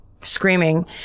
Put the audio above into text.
screaming